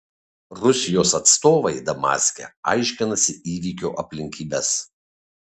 rusijos atstovai damaske aiškinasi įvykio aplinkybes